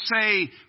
say